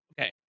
Okay